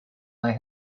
they